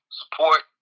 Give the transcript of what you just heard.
support